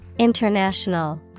international